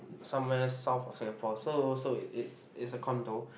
somewhere south of Singapore so so it's it's a condo